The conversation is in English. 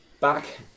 Back